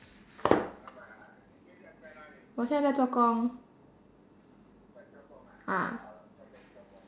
我现在做工